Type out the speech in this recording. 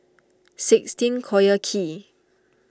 sixteen Collyer Quay